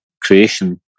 Creation